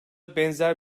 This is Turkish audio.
benzer